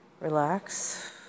Relax